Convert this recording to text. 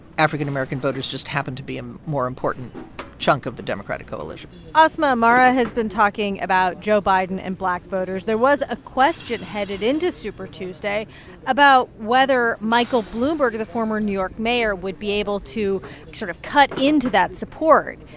african american voters just happen to be a um more important chunk of the democratic coalition asma, mara has been talking about joe biden and black voters. there was a question headed into super tuesday about whether michael bloomberg, the former new york mayor, would be able to sort of cut into that support.